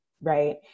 right